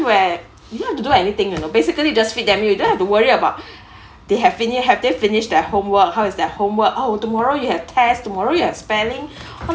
where you have to do anything you know basically just feed them you don't have to worry about they have finish have they finished their homework how is their homework oh tomorrow you have test tomorrow you have spelling